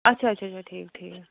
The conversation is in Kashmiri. آچھا آچھا آچھا ٹھیٖک ٹھیٖک